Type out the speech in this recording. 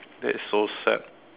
that is so sad